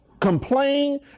complain